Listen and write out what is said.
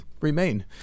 remain